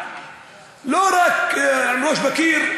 לא רק עם ראש בקיר,